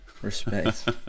Respect